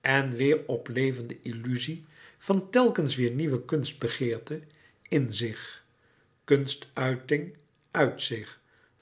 en weêr louis couperus metamorfoze oplevende illuzie van telkens weêr nieuwe kunstbegeerte in zich kunstuiting uit zich